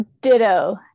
Ditto